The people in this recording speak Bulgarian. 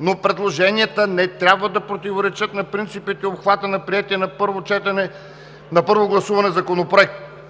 но предложенията не трябва да противоречат на принципите и обхвата на приетия на първо гласуване законопроект.